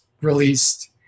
released